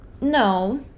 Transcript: no